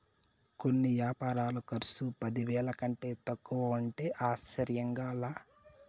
కొన్ని యాపారాల కర్సు పదివేల కంటే తక్కువంటే ఆశ్చర్యంగా లా